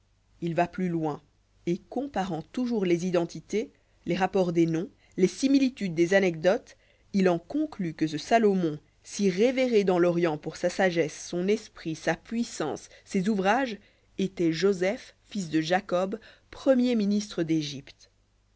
il va plus loin et comparant toujours les identités les rapports des noms les similitudes des anecdotes il en conclut que ce salomon si révéré dans l'orient pour sa sagesse son esprit sa puissance ses ouvrages étoit joseph fils de jacob premier ministre d'egypte